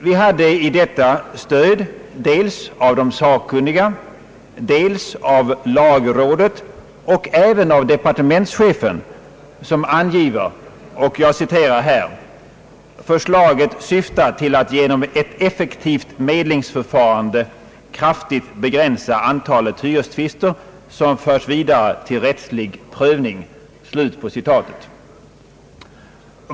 Vi hade i detta stöd dels av de sakkunniga, dels av lagrådet och även av departementschefen som anger att »förslaget syftar till att genom ett effektivi medlingsförfarande kraftigt begränsa antalet hyrestvister som förs vidare till rättslig prövning».